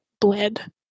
bled